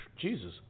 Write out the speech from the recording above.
Jesus